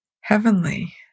heavenly